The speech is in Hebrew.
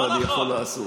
מה אני יכול לעשות?